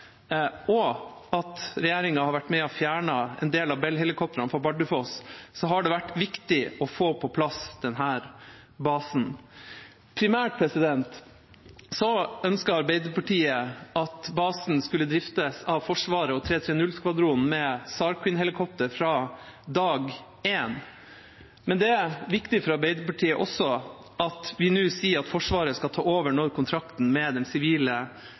og det at regjeringa har vært med på å fjerne en del av Bell-helikoptrene fra Bardufoss, har det vært viktig å få på plass denne basen. Primært ønsket Arbeiderpartiet at basen skulle driftes av Forsvaret og 330-skvadronen med SAR Queen-helikoptre fra dag én. Men det er også viktig for Arbeiderpartiet at vi nå sier at Forsvaret skal ta over når kontrakten med den sivile